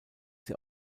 sie